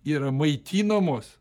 yra maitinamos